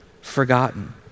forgotten